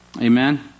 Amen